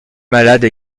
malade